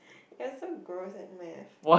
you are so gross at math